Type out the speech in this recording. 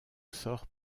sort